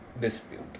dispute